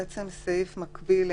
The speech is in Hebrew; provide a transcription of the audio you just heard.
סעיף מקביל,